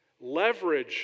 Leverage